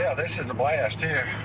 yeah this is a blast here.